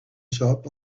shop